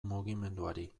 mugimenduari